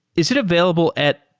is it available at